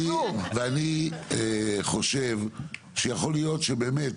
ואני חושב שיכול להיות שבאמת